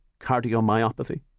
cardiomyopathy